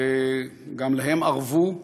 וגם להם ארבו.